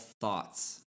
thoughts